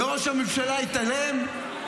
וראש הממשלה התעלם?